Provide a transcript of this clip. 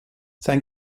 sein